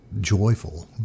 joyful